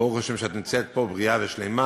ברוך השם שאת נמצאת פה בריאה ושלמה,